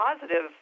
positive